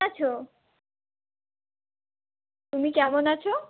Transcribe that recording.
তুমি কেমন আছো